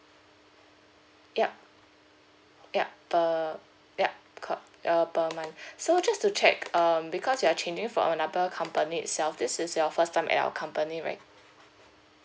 yup yup per yup called uh per month so just to check um because you're changing from another company itself this is your first time at our company right